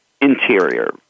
interior